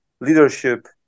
leadership